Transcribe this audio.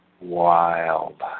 wild